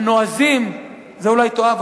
את זה אולי תאהב,